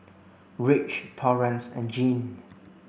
Rich Torrance and Gene